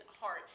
heart